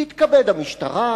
תתכבד המשטרה,